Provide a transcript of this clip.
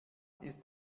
ist